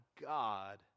God